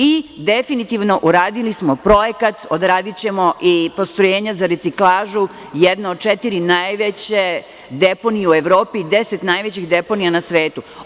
I, definitivno, uradili smo projekat, odradićemo i postrojenja za reciklažu jednu od četiri najveće deponije u Evropi, 10 najvećih deponija na svetu.